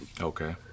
Okay